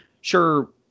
sure